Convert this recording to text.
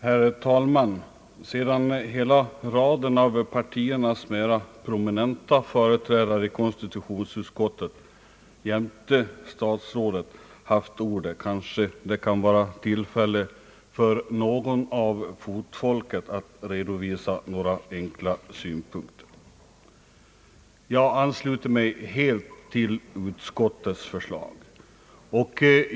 Herr talman! Sedan hela raden av partiernas mera prominenta företrädare i konstitutionsutskottet jämte statsrådet haft ordet kanske det kan vara tillfälle för någon bland fotfolket att redovisa några enkla synpunkter. Jag ansluter mig helt till utskottets förslag.